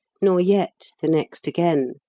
nor yet the next again.